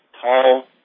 tall